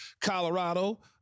Colorado